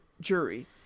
jury